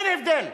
אין הבדל.